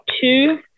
two